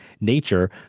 nature